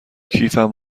کیفم